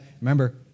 remember